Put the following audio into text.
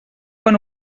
quan